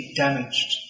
damaged